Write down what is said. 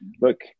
look